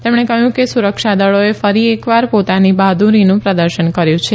તેમણે કહ્યું કે સુરક્ષા દળોએ ફરી એકવાર પોતાની બહાદુરીનું પ્રદર્શન કર્યુ છે